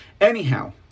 Anyhow